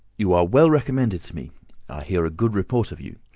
you are well recommended to me i hear a good report of you.